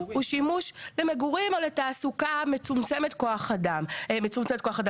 הוא שימוש למגורים או לתעסוקה מצומצמת אדם.